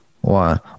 one